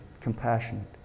compassionate